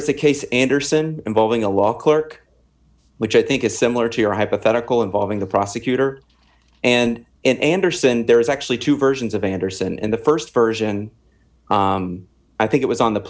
is a case anderson involving a law clerk which i think is similar to your hypothetical involving the prosecutor and in andersen there is actually two versions of andersen in the st version i think it was on the